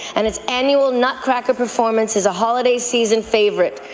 and its annual nutcracker performance is a holiday season favourite.